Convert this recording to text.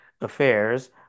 affairs